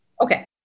Okay